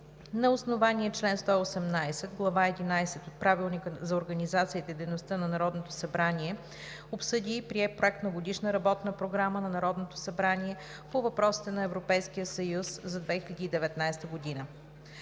на основание чл. 118, Глава XI от Правилника за организацията и дейността на Народно събрание обсъди и прие Проект на Годишна работна програма на Народното събрание по въпросите на Европейския съюз за 2019 г.